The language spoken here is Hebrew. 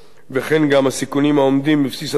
וכן גם הסיכונים העומדים בבסיס הצורך